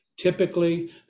typically